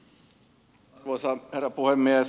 arvoisa herra puhemies